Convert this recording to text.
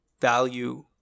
value